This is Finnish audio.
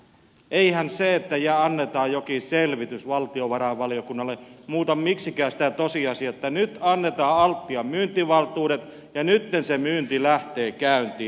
eihän se että annetaan jokin selvitys valtiovarainvaliokunnalle muuta miksikään sitä tosiasiaa että nyt annetaan altian myyntivaltuudet ja nytten se myynti lähtee käyntiin